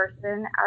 person